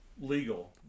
legal